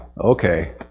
okay